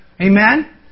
Amen